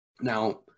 Now